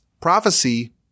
prophecy